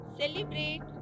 celebrate